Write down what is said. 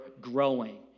growing